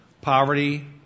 Poverty